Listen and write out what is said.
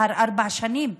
לאחר ארבע שנים,